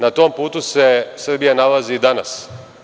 Na tom putu se Srbija nalazi i danas.